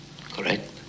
correct